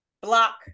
Block